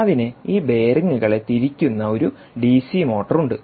അതിന് ഈ ബെയറിംഗുകളെ തിരിക്കുന്ന ഒരു ഡിസി മോട്ടോർ ഉണ്ട്